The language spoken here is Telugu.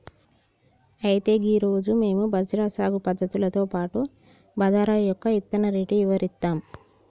అయితే గీ రోజు మేము బజ్రా సాగు పద్ధతులతో పాటు బాదరా యొక్క ఇత్తన రేటు ఇవరిస్తాము